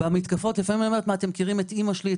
אתם מכירים את אמא שלי,